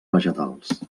vegetals